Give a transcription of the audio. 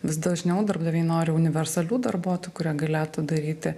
vis dažniau darbdaviai nori universalių darbuotojų kurie galėtų daryti